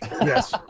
Yes